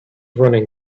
running